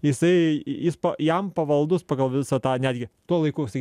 jisai jis po jam pavaldus pagal visą tą netgi tuo laiku sakyt